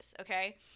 okay